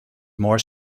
more